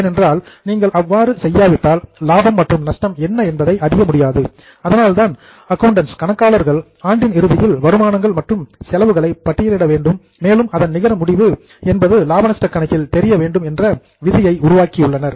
ஏனென்றால் நீங்கள் அவ்வாறு செய்யாவிட்டால் லாபம் மற்றும் நஷ்டம் என்ன என்பதை அறிய முடியாது அதனால்தான் அக்கவுண்டன்ட்ஸ் கணக்காளர்கள் ஆண்டின் இறுதியில் வருமானங்கள் மற்றும் செலவுகளை பட்டியலிட வேண்டும் மேலும் அதன் நிகர முடிவு என்பது லாப நஷ்டக் கணக்கில் தெரிய வேண்டும் என்ற விதியை உருவாக்கியுள்ளனர்